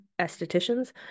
estheticians